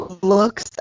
looks